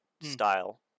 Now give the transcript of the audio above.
style